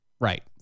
right